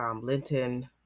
Linton